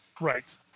Right